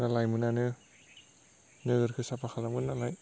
लाइमोनआनो नोगोरखौ साफा खालामगोन नालाय